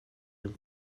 jim